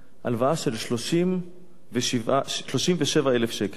הלוואה של 37,000 שקל.